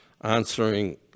answering